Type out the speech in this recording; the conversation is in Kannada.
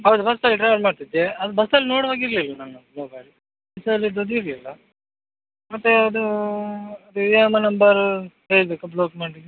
ಹೌದು ಬಸ್ಸಲ್ಲಿ ಟ್ರ್ಯಾವೆಲ್ ಮಾಡ್ತಿದ್ದೆ ಅದು ಬಸ್ಸಲ್ಲಿ ನೋಡುವಾಗ ಇರಲಿಲ್ಲ ನಾನು ಮೊಬೈಲ್ ಕೀಸೆಯಲ್ಲಿದ್ದು ಇರಲಿಲ್ಲ ಮತ್ತು ಅದು ಇ ಎಮ್ ಐ ನಂಬರು ಹೇಳ್ಬೇಕಾ ಬ್ಲಾಕ್ ಮಾಡ್ಲಿಕ್ಕೆ